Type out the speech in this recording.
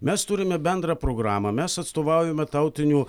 mes turime bendrą programą mes atstovaujame tautinių